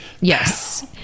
Yes